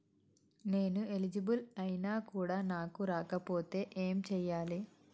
నేను ఎలిజిబుల్ ఐనా కూడా నాకు రాకపోతే ఏం చేయాలి?